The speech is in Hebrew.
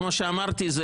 כמו שאמרתי,